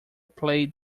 play